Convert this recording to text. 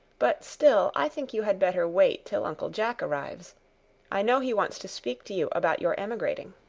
but still i think you had better wait till uncle jack arrives i know he wants to speak to you about your emigrating.